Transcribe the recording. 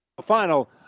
final